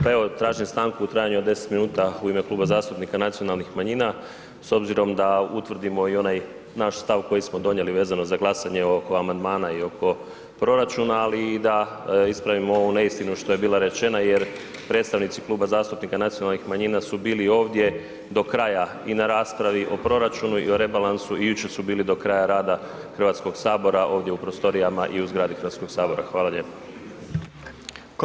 Pa evo tražim stanku u trajanju od 10 minuta u ime Kluba zastupnika nacionalnih manjina s obzirom da utvrdimo i onaj naš stav koji smo donijeli vezano za glasanje oko amandmana i oko proračuna ali i da ispravimo ovu neistinu što je bila rečena jer predstavnici Kluba zastupnika nacionalnih manjina su bili ovdje do kraja, i na raspravi o proračunu i rebalansu i jučer su bili do kraja rada Hrvatskog sabora ovdje u prostorijama i u zgradi Hrvatskog sabora, hvala lijepo.